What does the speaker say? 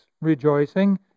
Rejoicing